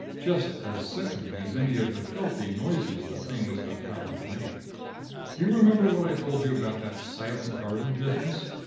just as sickening as any of the filthy noises the things have power to make. do you remember what i told you about that silent garden business?